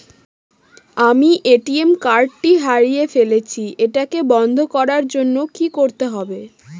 আমি ATM card টি হারিয়ে ফেলেছি এটাকে বন্ধ করার জন্য কি করতে হবে?